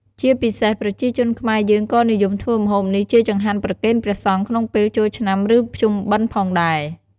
ជាពិសេស ប្រជាជនខ្មែរយើងក៏និយមធ្វើម្ហូបនេះជាចង្ហាន់ប្រគេនព្រះសង្ឃក្នុងពេលចូលឆ្នាំ ឬ ភ្ជុំបិណ្ឌផងដែរ។